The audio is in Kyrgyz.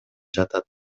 жатат